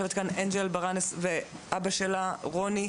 יושבים כאן אנג'ל ברנס ואביה רוני.